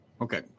Okay